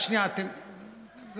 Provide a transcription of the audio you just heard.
חוק גרוע.